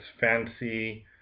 fancy